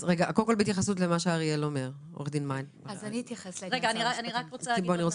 אני חושבת